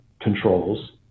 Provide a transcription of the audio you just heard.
controls